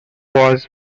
was